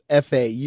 FAU